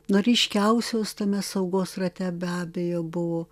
na ryškiausios tame saugos rate be abejo buvo